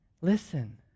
Listen